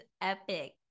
epic